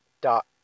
dot